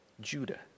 Judah